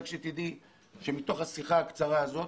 רק שתדעי שמתוך השיחה הקצרה הזאת,